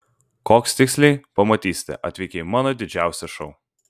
koks tiksliai pamatysite atvykę į mano didžiausią šou